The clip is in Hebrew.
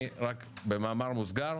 במאמר מוסגר,